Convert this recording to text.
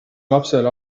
lapsele